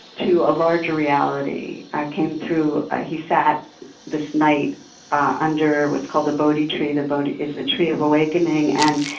to a larger reality came through as ah he sat this night ah under what's called the bodhi tree the bodhi is the tree of awakening. and,